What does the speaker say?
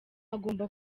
agomba